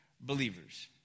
believers